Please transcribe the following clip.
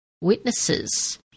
witnesses